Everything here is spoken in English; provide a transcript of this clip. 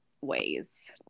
ways